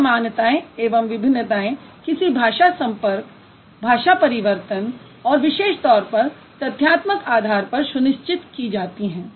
यह समानताएं एवं विभिन्नताएँ किसी भाषा संपर्क भाषा परिवर्तन और विशेष तौर पर तथ्यात्मक आधार पर सुनिश्चित की जातीं हैं